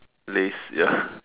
Lays ya